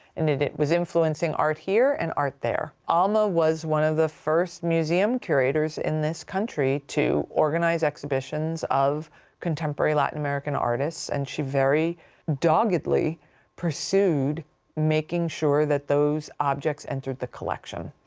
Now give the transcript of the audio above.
and it it was influencing art here and art there. alma was one of the first museum curators in this country to organize exhibitions of contemporary latin american artist. and she very doggedly pursued making sure that those objects entered the collection.